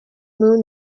moon